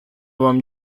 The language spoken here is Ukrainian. вам